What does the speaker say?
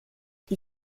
die